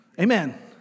Amen